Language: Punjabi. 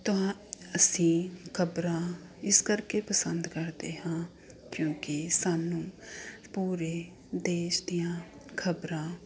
ਤੁਹਾ ਅਸੀਂ ਖ਼ਬਰਾਂ ਇਸ ਕਰਕੇ ਪਸੰਦ ਕਰਦੇ ਹਾਂ ਕਿਉਂਕਿ ਸਾਨੂੰ ਪੂਰੇ ਦੇਸ਼ ਦੀਆਂ ਖ਼ਬਰਾਂ